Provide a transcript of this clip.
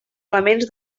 elements